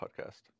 podcast